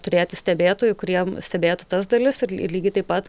turėti stebėtojų kuriem stebėtų tas dalis ir ly lygiai taip pat